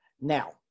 Now